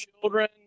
Children